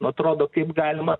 atrodo kaip galima